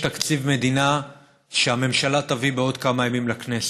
יש תקציב מדינה שהממשלה תביא בעוד כמה ימים לכנסת.